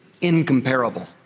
incomparable